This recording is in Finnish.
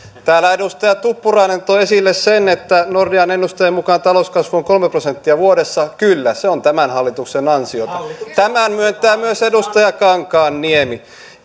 täällä edustaja tuppurainen toi esille sen että nordean ennusteen mukaan talouskasvu on kolme prosenttia vuodessa kyllä se on tämän hallituksen ansiota tämän myöntää myös edustaja kankaanniemi